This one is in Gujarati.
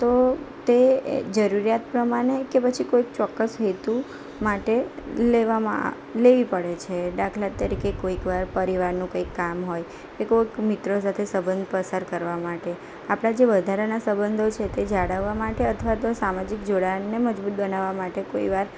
તો તે જરૂરિયાત પ્રમાણે કે પછી કોઈક ચોક્કસ હેતુ માટે લેવામાં લેવી પડે છે દાખલા તરીકે કોઈકવાર પરિવારનું કંઈક કામ હોય કે કોઈક મિત્રો સાથે સંબંધ પસાર કરવા માટે આપણા જે વધારાના સંબંધો છે તે જાળવવા માટે અથવા તો સામાજિક જોડાણને મજબૂત બનાવવા માટે કોઈ વાર